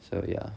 so ya